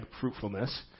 fruitfulness